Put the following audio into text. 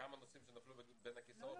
כמה נושאים שנפלו בין הכיסאות,